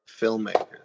filmmakers